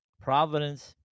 Providence